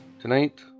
Tonight